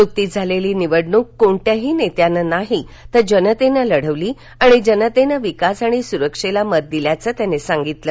नुकतीच झालेली निवडणूक कोणत्याही नेत्याने नाही तर जनतेनं लढवली आणि जनतेनं विकास आणि सुरक्षेला मत दिल्याचं ते म्हणाले